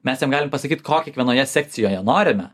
mes jam galim pasakyt ko kiekvienoje sekcijoje norime